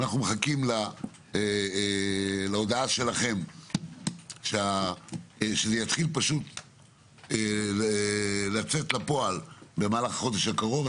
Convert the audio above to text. אנחנו מחכים להודעה שלכם שזה מתחיל לצאת לפועל במהלך החודש הקרוב.